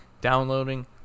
downloading